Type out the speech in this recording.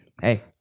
Hey